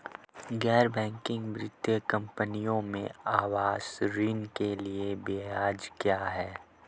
गैर बैंकिंग वित्तीय कंपनियों में आवास ऋण के लिए ब्याज क्या है?